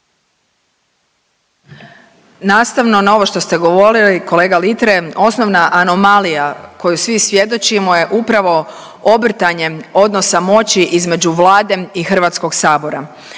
Nastavno na ovo što ste govorili kolega Litre osnovna anomalija kojoj svi svjedočimo je upravo obrtanjem odnosa moći između Vlade i Hrvatskog sabora.